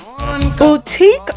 Boutique